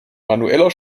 manueller